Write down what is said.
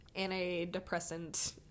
antidepressant